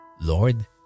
Lord